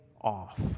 off